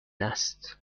است